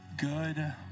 Good